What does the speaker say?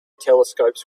telescopes